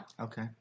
Okay